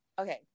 okay